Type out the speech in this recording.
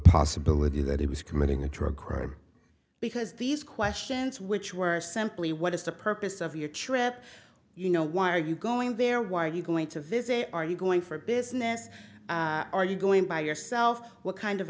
possibility that he was committing a drug crime because these questions which were simply what is the purpose of your trip you know why are you going there why are you going to visit are you going for business are you going by yourself what kind of